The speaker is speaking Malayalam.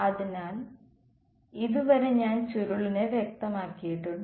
അതിനാൽ ഇതുവരെ ഞാൻ ചുരുളിനെ വ്യക്തമാക്കിയിട്ടുണ്ട്